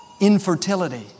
Infertility